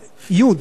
י',